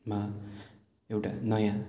मा एउटा नयाँ